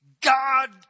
God